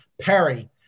Perry